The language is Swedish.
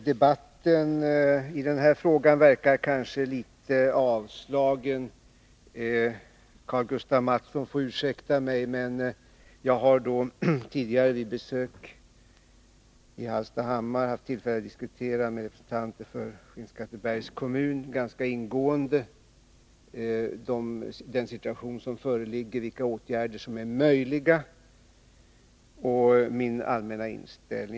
Debatten i den här frågan verkar kanske litet avslagen — Karl-Gustaf Mathsson får ursäkta mig, men jag har tidigare vid besök i Hallstahammar haft tillfälle att med representanter för Skinnskattebergs kommun ganska ingående diskutera den situation som föreligger och vilka åtgärder som är möjliga samt ange min allmänna inställning.